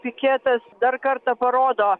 piketas dar kartą parodo